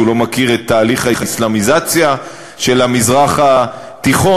הוא לא מכיר את תהליך האסלאמיזציה של המזרח התיכון,